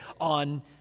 on